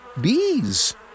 Bees